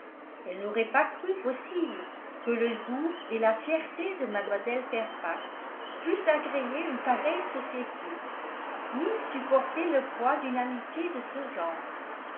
elle n'aurait pas cru possible que le goût et la fierté de mlle fairfax pussent agréer une pareille société ni supporter le poids d'une amitié de ce genre